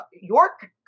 York